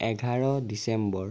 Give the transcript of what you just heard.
এঘাৰ ডিচেম্বৰ